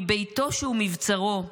מביתו שהוא מבצרו,